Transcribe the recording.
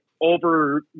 over